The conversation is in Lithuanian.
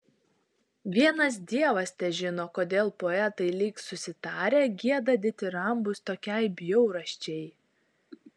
vienas dievas težino kodėl poetai lyg susitarę gieda ditirambus tokiai bjaurasčiai